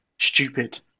stupid